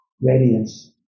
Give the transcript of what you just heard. radiance